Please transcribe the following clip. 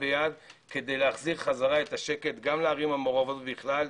ביד כדי להחזיר את השקט גם לערים המעורבות ובכלל,